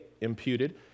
imputed